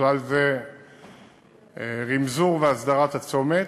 ובכלל זה רמזור והסדרת הצומת,